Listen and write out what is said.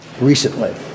Recently